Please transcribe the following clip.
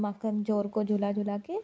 माखन चोर को झूला झुला के